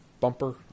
bumper